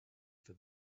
for